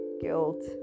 guilt